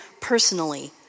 personally